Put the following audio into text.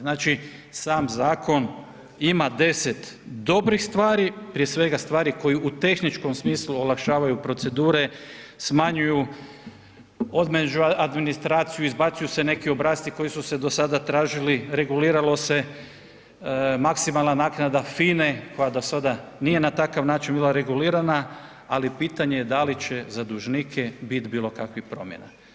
Znači sam zakon ima 10 dobrih stvari, prije svega stvari koje u tehničkom smislu olakšavaju procedure, smanjuju od administraciju, izbacuju se neki obrasci koji su se do sada tražili, regulirao se maksimalna naknada FINE koja do sada nije do sada nije na takav način bila regulirana, ali pitanje je da li će za dužnike biti bilo kakvih promjena.